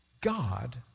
God